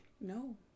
No